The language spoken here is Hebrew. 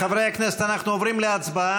חברי הכנסת, אנחנו עוברים להצבעה.